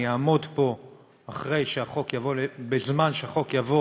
אני אעמוד פה אחרי שהחוק יבוא בזמן שהחוק יבוא